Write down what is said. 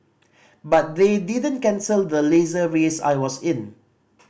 but they didn't cancel the Laser race I was in